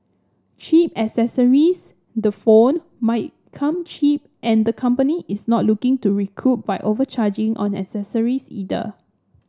cheap accessories the phone might come cheap and the company is not looking to recoup by overcharging on accessories either